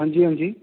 हां जी हां जी